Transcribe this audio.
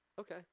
Okay